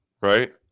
right